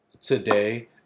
today